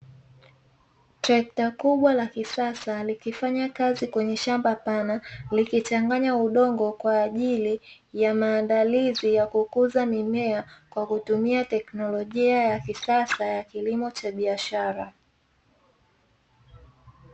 Trekta kubwa la kisasa, likifanya kazi kwenye shamba pana, likichanganya udongo kwa ajili ya maandalizi ya kukuza mimea kwa kutumia teknolojia ya kisasa ya kilimo cha biashara.